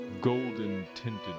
golden-tinted